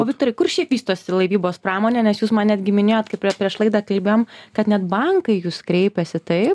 o viktorai kur šiaip vystosi laivybos pramonė nes jūs man netgi minėjot kaip prie prieš prieš laidą kalbėjom kad net bankai į jus kreipiasi taip